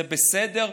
זה בסדר,